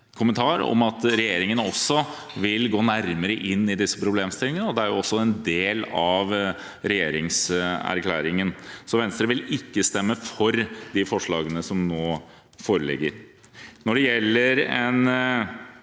kommentar om at regjeringen vil gå nærmere inn i disse problemstillingene. Det er også en del av regjeringserklæringen. Venstre vil ikke stemme for de forslagene som nå foreligger. Når det gjelder en